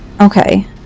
okay